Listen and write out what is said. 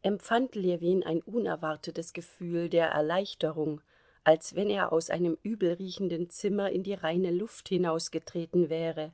empfand ljewin ein unerwartetes gefühl der erleichterung als wenn er aus einem übelriechenden zimmer in die reine luft hinausgetreten wäre